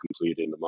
completed